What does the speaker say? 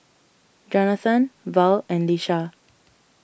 Jonathon Val and Lisha